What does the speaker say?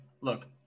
look